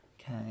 Okay